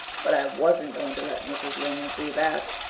but i wasn't going to let mrs. lynde see that.